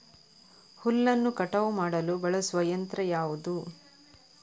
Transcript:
ಹುಲ್ಲನ್ನು ಕಟಾವು ಮಾಡಲು ಬಳಸುವ ಯಂತ್ರ ಯಾವುದು?